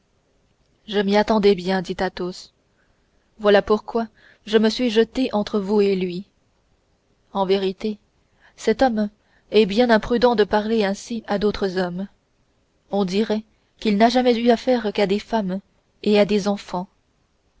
je m'y attendais bien dit athos voilà pourquoi je me suis jeté entre vous et lui en vérité cet homme est bien imprudent de parler ainsi à d'autres hommes on dirait qu'il n'a jamais eu affaire qu'à des femmes et à des enfants